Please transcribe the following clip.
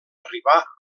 arribar